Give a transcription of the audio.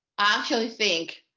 actually think